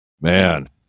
Man